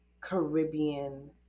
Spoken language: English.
Caribbean